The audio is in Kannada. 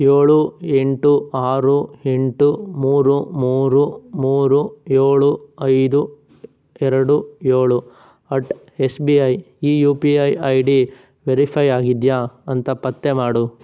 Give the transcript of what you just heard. ಏಳು ಎಂಟು ಆರು ಎಂಟು ಮೂರು ಮೂರು ಮೂರು ಏಳು ಐದು ಎರಡು ಏಳು ಅಟ್ ಎಸ್ ಬಿ ಐ ಈ U P I I D verify ಆಗಿದೆಯಾ ಅಂತ ಪತ್ತೆ ಮಾಡು